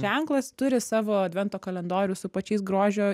ženklas turi savo advento kalendorių su pačiais grožio